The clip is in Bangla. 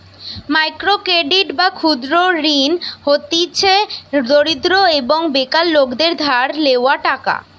মাইক্রো ক্রেডিট বা ক্ষুদ্র ঋণ হতিছে দরিদ্র এবং বেকার লোকদের ধার লেওয়া টাকা